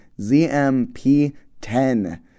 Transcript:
ZMP10